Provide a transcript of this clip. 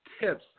tips